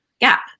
Gap